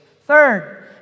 Third